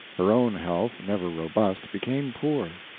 her own health, never robust, became poor.